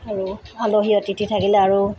আৰু আলহী অতিথি থাকিলে আৰু